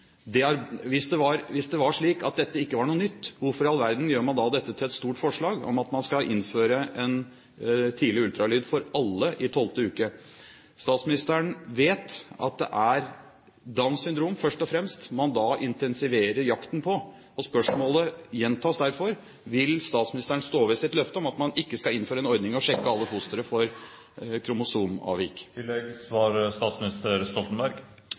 Hvis det var slik at dette ikke var noe nytt, hvorfor i all verden gjør man da dette til et stort forslag, om at man skal innføre en tidlig ultralyd for alle i 12. uke? Statsministeren vet at det er Downs syndrom først og fremst man da intensiverer jakten på. Spørsmålet gjentas derfor: Vil statsministeren stå ved sitt løfte om at man ikke skal innføre en ordning for å sjekke alle fostre for kromosomavvik?